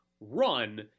run